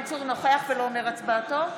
נוכח ולא אומר הצבעתו כן.